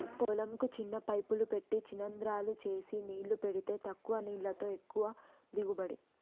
పొలం కు చిన్న పైపులు పెట్టి చిన రంద్రాలు చేసి నీళ్లు పెడితే తక్కువ నీళ్లతో ఎక్కువ దిగుబడి